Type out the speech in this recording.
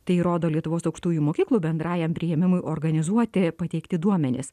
tai rodo lietuvos aukštųjų mokyklų bendrajam priėmimui organizuoti pateikti duomenys